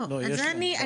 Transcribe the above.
לא, זה אני נערכת.